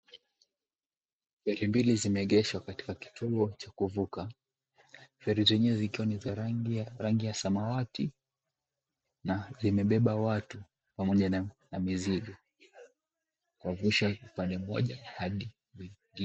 Feri mbili zimeegeshwa katika kituo cha kuvuka feri, zenyewe zikiwa za rangi ya samawati, na zimebeba watu pamoja na mizigo, kuwavusha upande mmoja hadi mwingine.